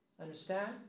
Understand